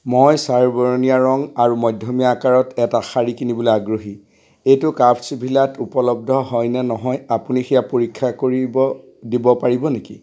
মই ছাইবৰণীয়া ৰঙ আৰু মধ্যমীয়া আকাৰত এটা শাড়ী কিনিবলৈ আগ্ৰহী এইটো ক্ৰাফ্টছভিলাত উপলব্ধ হয় নে নহয় আপুনি সেয়া পৰীক্ষা কৰিব দিব পাৰিব নেকি